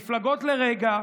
מפלגות לרגע,